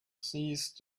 seized